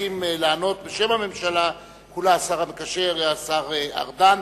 והסכים לענות בשם הממשלה כולה השר המקשר השר ארדן.